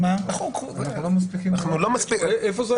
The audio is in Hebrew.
לכו תסתכלו בישראל